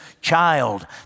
child